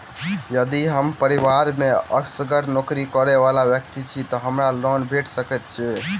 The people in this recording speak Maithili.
यदि हम परिवार मे असगर नौकरी करै वला व्यक्ति छी तऽ हमरा लोन भेट सकैत अछि?